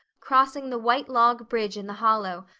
crossing the white log bridge in the hollow,